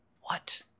What